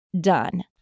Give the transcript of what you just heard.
done